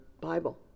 bible